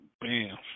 Bam